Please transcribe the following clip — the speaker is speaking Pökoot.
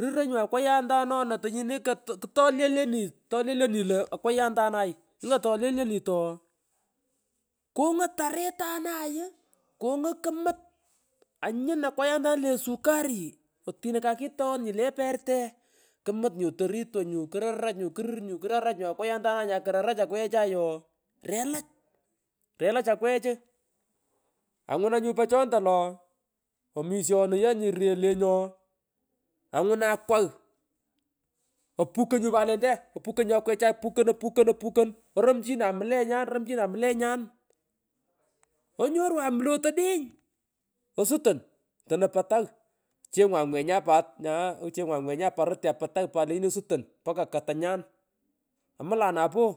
Ruroy nyu akwayantanana tonyini ko kutololyenit tolyolanit lo akwayantanay ngkotolyotenit ooh kumung kungun taritanay iii kungun kmut ngalan pich anyun akwayantanay le sukari atino kakitoan nyi le perte kumut nyu toritwo nyu kurarach nyu kurur nyu kurarach nyu akwayantanay nyakorarach akwechay ooh relach polo relach akwechu angunan nyu pochonto lo ooh amishonu ye nyu rel lenyu ooh angunane akwagh opuko nyu lente kuporu waokipuktoy opukon nyu akwechay opukor opukon kiliman opukon oromchinan mlenyan oromchinan mlenyan ngalanat nyo po pich onyorwan mlot odeny osuton otano patagh chengwan angwenyan pat nyae ochengwan pat orotyan patagh lenyini osuton mbaka katanyan ngalana pich amulan napoo